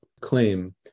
claim